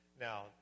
Now